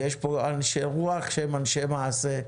ויש פה אנשי רוח שהם אנשי מעשה,